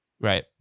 Right